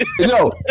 No